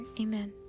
Amen